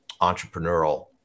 entrepreneurial